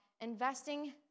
investing